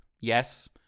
Yes